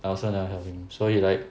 also never help him so he like